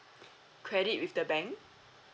credit with the bank